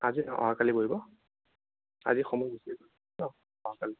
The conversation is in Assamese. আজি নহয় অহা কালি বহিব আজি নহ অহা কালি